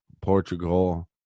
portugal